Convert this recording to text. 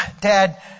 dad